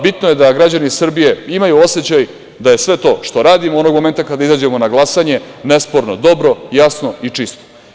Bitno je da građani Srbije imaju osećaj da je sve to što radimo, onog momenta kada izađemo na glasanje, nesporno dobro, jasno i čisto.